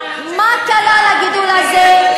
מה כלל הגידול הזה?